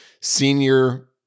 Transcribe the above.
senior